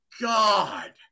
God